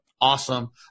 Awesome